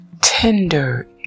tender